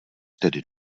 tedy